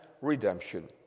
redemption